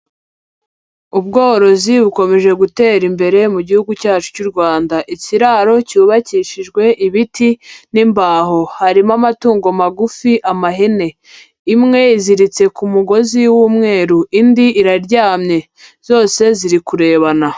Ubworozi bukomeje gutera imbere mu gihugu cyacu cy'u Rwanda, ikiraro cyubakishijwe ibiti n'imbaho. Harimo amatungo magufi amahene, imwe iziritse ku mugozi w'umweru indi iraryamye, zose ziri kurebana.